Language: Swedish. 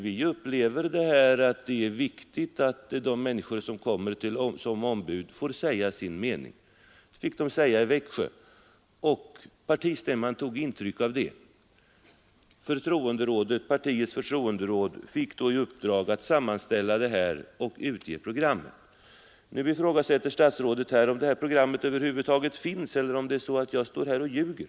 Vi upplever det som viktigt att de människor som kommer till vår stämma får säga sin mening, och det fick de göra i Vä Det tog också partistämman intryck av. Partiets förtroenderåd fick då i uppdrag att sammanställa allt och ge ut programmet. Statsrådet ifrågasatte om det programmet över huvud taget finns, eller om jag står här och ljuger.